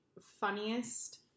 funniest